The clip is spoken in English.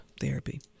therapy